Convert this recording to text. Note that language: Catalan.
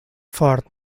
fort